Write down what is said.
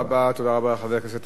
תודה רבה לחבר הכנסת ישראל אייכלר,